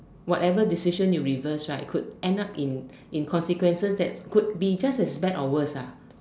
whatever decision you reverse right could end up in in consequences that could be just as bad or worse ah